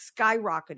skyrocketed